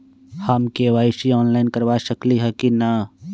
हम KYC online करवा सकली ह कि न?